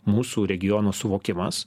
mūsų regiono suvokimas